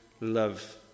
love